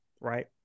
right